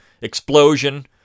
explosion